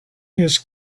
his